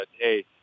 hey